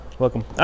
Welcome